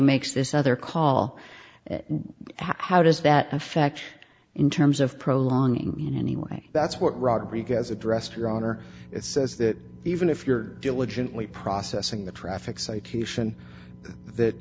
makes this other call how does that affect in terms of prolonging in any way that's what rodriguez addressed your honor it says that even if you're diligently processing the traffic citation